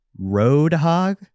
Roadhog